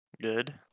Good